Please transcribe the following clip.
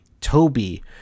Toby